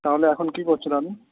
তাহলে এখন কি করছো দাদু